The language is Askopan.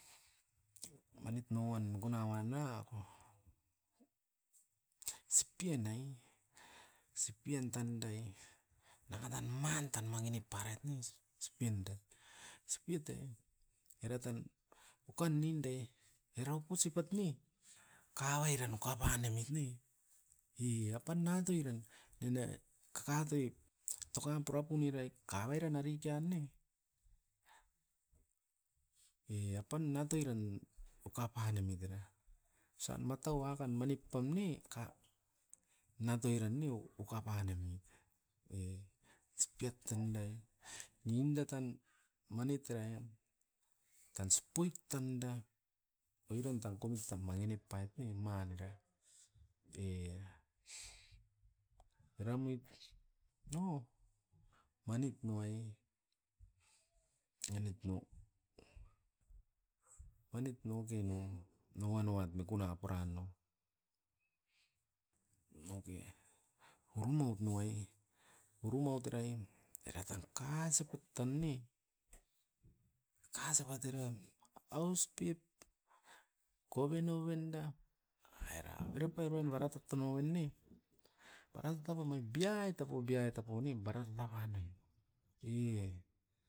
Manit nawan megunauan na ko, sipian na i, sipian tandai. Nanga tan man ta mangi nip paraiaet ne sipian de, spian te era tan ukaninde erau posipat ne? Kawaira kawaina kapotne, i-i apan noit eran, kakatoi toka pura pum i rait kaverapau irai, kaverapau nim. E apan na toi erem, okapanemit era. Ostan matowakan manip tou ne? Ka natoiren ne okapa namio. e. Sipia tandai nindatan mani taraim tan spuit tanda oiran tan komit tan mangi nip pait ne mani era, e. Era muit no manit nove enit no, manit noveno noanoat mikuna pura no. Ok, urumut noa, urumaut raen era tan kasipitan e, kasipateram aus pep kovenovenda aira biropainobara totonowini, barait toko biait toko biait toko nim barait nanga na, e.